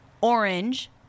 orange